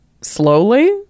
slowly